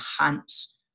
enhance